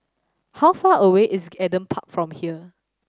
how far away is Adam Park from here